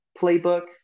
playbook